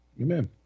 Amen